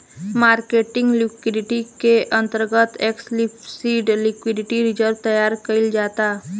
marketing liquidity के अंतर्गत explicit liquidity reserve तैयार कईल जाता